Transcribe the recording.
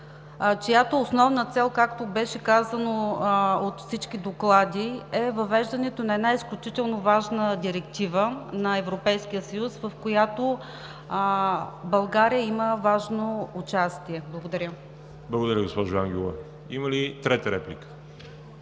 чиято основна цел, както беше казано от всички доклади, е въвеждането на една изключително важна Директива на Европейския съюз, в която България има важно участие?! Благодаря. ПРЕДСЕДАТЕЛ ВАЛЕРИ ЖАБЛЯНОВ: Благодаря, госпожо Ангелова. Има ли трета реплика?